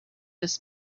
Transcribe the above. this